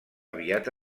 aviat